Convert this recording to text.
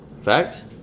Facts